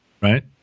right